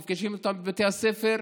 נפגשים איתם בבתי הספר,